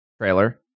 trailer